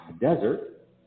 desert